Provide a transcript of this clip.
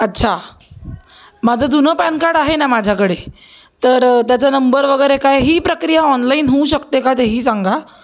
अच्छा माझं जुनं पॅन कार्ड आहे ना माझ्याकडे तर त्याचा नंबर वगैरे काय ही प्रक्रिया ऑनलाईन होऊ शकते का ते ही सांगा